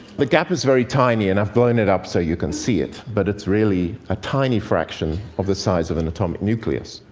the gap is very tiny, and i've blown it up so you can see it. but it's really a tiny fraction of the size of an atomic nucleus.